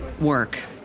work